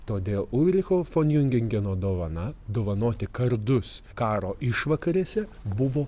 todėl ulricho fon jungingeno dovana dovanoti kardus karo išvakarėse buvo